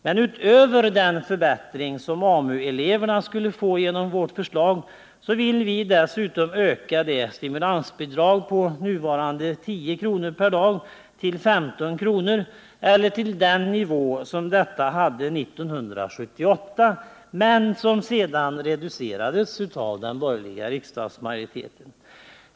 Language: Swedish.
Men utöver den förbättring som AMU-eleverna skulle få genom vårt förslag vill vi öka stimulansbidraget från nuvarande 10 kr. per dag till 15 kr. — eller till den nivå som det hade 1978 men som sedan sänktes av den borgerliga riksdagsmajoriteten.